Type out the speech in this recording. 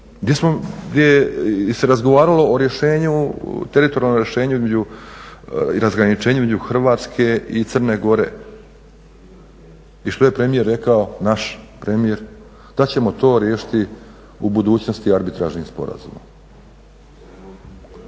gdje se razgovaralo o teritorijalnom rješenju između razgraničenju između Hrvatske i Crne Gore. I što je premijer naš premijer rekao? Da ćemo to riješiti u budućnosti arbitražnim sporazumom,